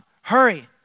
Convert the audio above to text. Hurry